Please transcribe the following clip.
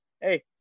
hey